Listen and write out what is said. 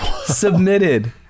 submitted